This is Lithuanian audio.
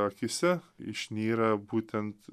akyse išnyra būtent